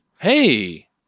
Hey